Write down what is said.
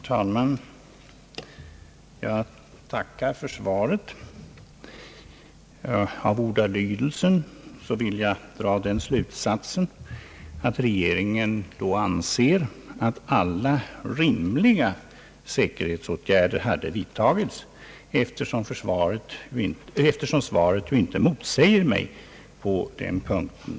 Herr talman! Jag ber att få tacka för svaret. Av ordalydelsen vill jag dra den slutsatsen att regeringen anser att alla rimliga säkerhetsåtgärder hade vidtagits, eftersom svaret ju inte motsäger mig på den punkten.